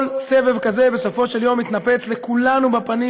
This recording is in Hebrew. כל סבב כזה, בסופו של יום, מתנפץ לכולנו בפנים,